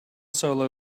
solo